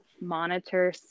monitor